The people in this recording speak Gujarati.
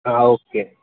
હા ઓકે